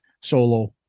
solo